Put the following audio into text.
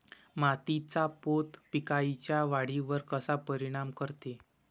मातीचा पोत पिकाईच्या वाढीवर कसा परिनाम करते?